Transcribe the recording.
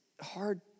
hard